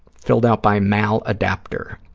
filled out by mal-adaptor.